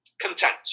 content